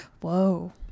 Whoa